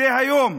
והיום,